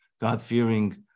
God-fearing